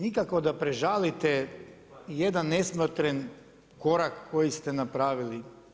Vi nikako da prežalite jedan nesmotren korak koji ste napravili.